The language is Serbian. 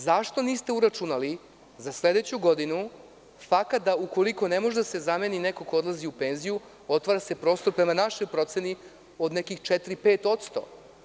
Zašto niste uračunali za sledeću godinu fakat da, ukoliko ne može da se zameni neko ko odlazi u penziju, otvara se prostor, prema našoj proceni, od nekih 4% - 5%